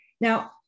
Now